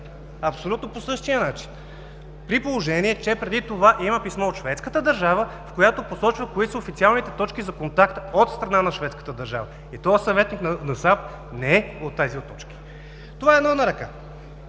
Абсолютно по същия начин, при положение че преди това има писмо от шведската държава, която посочва кои са официалните точки за контакт от страна на шведската държава. Този съветник на SAAB не е от тези точки. Това е едно на ръка.